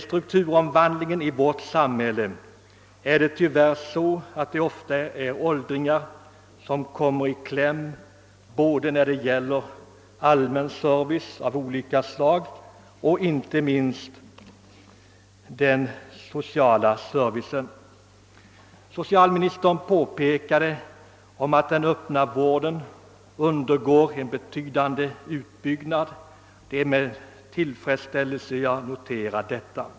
Strukturomvandlingen i vårt samhälle medför tyvärr ofta att just åldringar råkar i kläm när det gäller allmän service av olika slag, inte minst den sociala servicen. Socialministerns påpekande om att den öppna vården undergår en betydande utbyggnad noterar jag med tillfredsställelse.